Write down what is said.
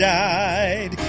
died